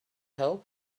help